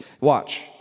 Watch